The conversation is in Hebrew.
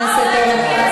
תבקש סליחה.